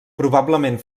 probablement